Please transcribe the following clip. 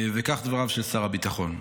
וכך דבריו של שר הביטחון: